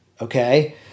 Okay